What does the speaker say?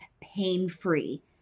pain-free